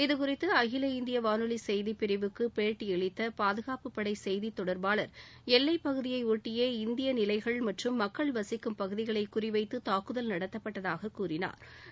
இதுகுறித்து அகில இந்திய வானொலி செய்திப் பிரிவுக்கு பேட்டியளித்த பாதுகாப்பு படை செய்தித் தொடர்பாளர் எல்லைப் பகுதியை ஒட்டிய இந்திய நிலைகள் மற்றும் மக்கள் வசிக்கும் பகுதிகளை குறிவைத்து தாக்குதல் நடத்தப்பட்டதாக கூறினாா்